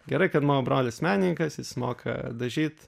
gerai kad mano brolis menininkas jis moka dažyt